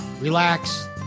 relax